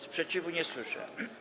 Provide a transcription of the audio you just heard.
Sprzeciwu nie słyszę.